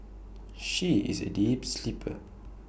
she is A deep sleeper